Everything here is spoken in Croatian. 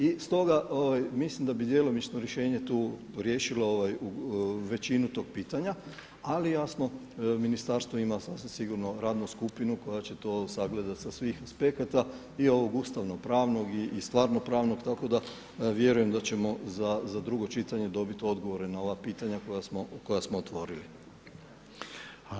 I stoga mislim da bi djelomično rješenje tu riješilo većinu tog pitanja, ali jasno ministarstvo ima sasvim sigurno radnu skupinu koja će to sagledati sa svih aspekata i ovog ustavnopravnog i stvarno pravnog tako da vjerujem da ćemo za drugo čitanje dobiti odgovore na ova pitanja koja smo otvorili.